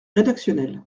rédactionnel